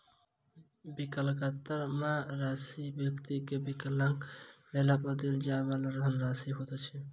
विकलांगता बीमा राशि व्यक्ति के विकलांग भेला पर देल जाइ वाला धनराशि होइत अछि